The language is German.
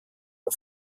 der